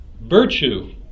Virtue